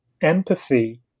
empathy